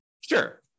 Sure